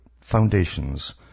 foundations